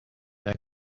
bien